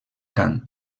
cant